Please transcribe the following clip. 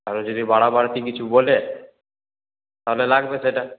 আরও যদি বাড়াবাড়তি কিছু বলে তাহলে লাগবে সেটা